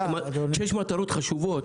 כשיש מטרות חשובות.